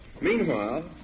Meanwhile